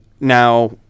Now